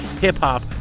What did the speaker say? Hip-hop